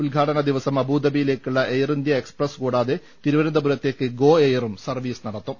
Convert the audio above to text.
ഉദ്ഘാടനദിവസം അബുദാബിയിലേക്കുള്ള air India express കൂടാതെ തിരുവനന്തപുരത്തേക്ക് ഗോ എയറും സർവ്വീസ് നടത്തും